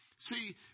See